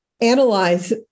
analyze